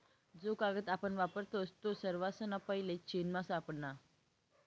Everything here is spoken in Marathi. जो कागद आपण वापरतस तो सर्वासना पैले चीनमा सापडना